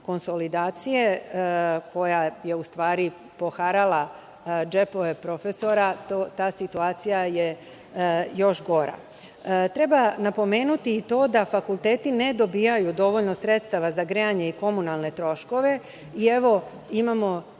konsolidacije, koja je poharala džepove profesora, ta situacija je još gora. Treba napomenuti i to da fakulteti ne dobijaju dovoljno sredstava za grejanje i komunalne troškove i evo, imamo